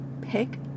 pick